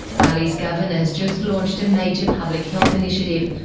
bali's governor has just launched a major public health initiative,